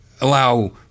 allow